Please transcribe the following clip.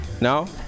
No